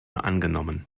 angenommen